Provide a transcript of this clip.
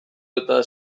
eta